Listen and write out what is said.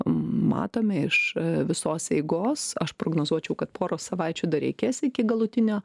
matome iš visos eigos aš prognozuočiau kad porą savaičių dar reikės iki galutinio